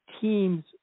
Teams